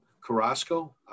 Carrasco